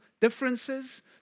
differences